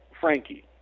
Frankie